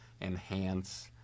enhance